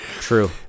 True